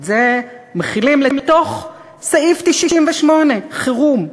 את זה מחילים לתוך סעיף 98, חירום.